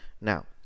Now